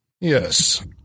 Yes